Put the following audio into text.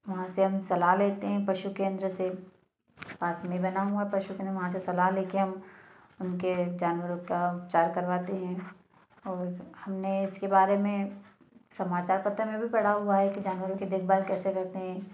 वहाँ से हम सलाह लेते हैं पशु केंद्र से पास में बना हुआ पशु केंद्र वहाँ से सलाह लेकर हम उनके जानवरों का उपचार करवाते हैं और हमने उसके बारे में समाचार पत्र में भी पढ़ा हुआ है कि जानवरों कि देखभाल कैसे करते हैं